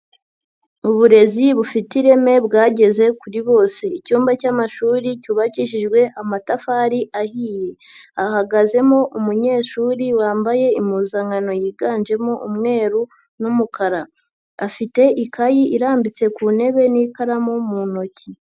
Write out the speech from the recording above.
Uburezi bufite ireme bwageze kuri bose, icyumba cy'amashuri cyubakishijwe amatafari ahiye, Hahagazemo umunyeshuri wambaye impuzankano yiganjemo umweru n'umukara, afite ikayi irambitse ku ntebe n'ikaramu mu ntoki.